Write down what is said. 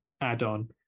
add-on